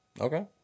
Okay